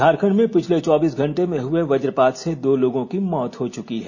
झारखंड में पिछले चौबीस घंटे में हुए वजपात से दो लोगों की मौत हो चुकी है